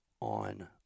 on